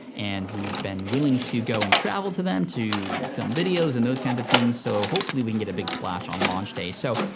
and we've been willing to go and travel to them to film videos and those kinds of things. so hopefully we can get a big splash on launch day. so